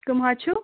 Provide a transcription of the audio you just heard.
کٕم حظ چھِو